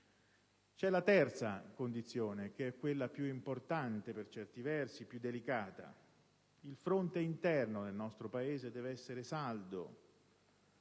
La terza condizione è la più importante, per certi versi la più delicata. Il fronte interno nel nostro Paese deve essere saldo